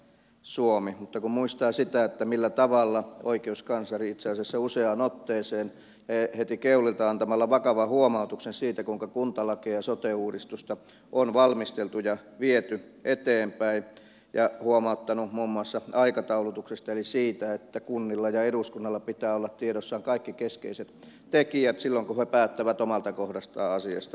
mutta voi muistaa sitä millä tavalla oikeuskansleri itse asiassa useaan otteeseen heti keulilta on antanut vakavan huomautuksen siitä kuinka kuntalakia ja sote uudistusta on valmisteltu ja viety eteenpäin ja huomauttanut muun muassa aikataulutuksesta eli siitä että kunnilla ja eduskunnalla pitää olla tiedossaan kaikki keskeiset tekijät silloin kun he päättävät omalta kohdaltaan asiasta